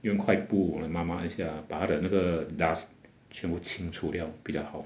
用一块布来抹抹一下把它的那个 dust 全部清除 liao 比较好